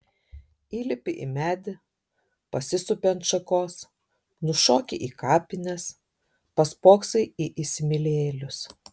įlipi į medį pasisupi ant šakos nušoki į kapines paspoksai į įsimylėjėlius